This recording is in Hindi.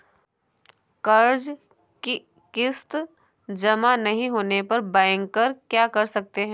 कर्ज कि किश्त जमा नहीं होने पर बैंकर क्या कर सकते हैं?